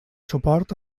suport